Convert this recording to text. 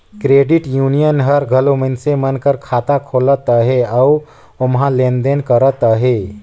credit union हर घलो मइनसे मन कर खाता खोलत अहे अउ ओम्हां लेन देन करत अहे